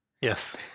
Yes